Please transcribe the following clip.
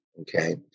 okay